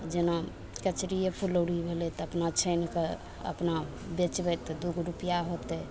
जेना कचरिये फुलौरी भेलय तऽ अपना छानिके अपना बेचबय तऽ दू गो रूपैआ होतय